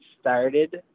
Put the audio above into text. started